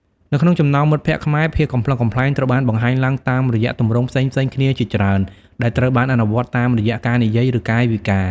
នៅក្នុងចំណោមមិត្តភក្តិខ្មែរ ភាពកំប្លុកកំប្លែងត្រូវបានបង្ហាញឡើងតាមរយៈទម្រង់ផ្សេងៗគ្នាជាច្រើន ដែលត្រូវបានអនុវត្តតាមរយៈការនិយាយឬកាយវិការ។